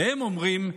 והם אומרים,